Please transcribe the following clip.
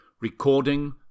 Recording